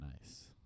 Nice